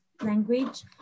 language